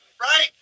right